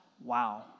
Wow